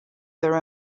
their